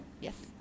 Yes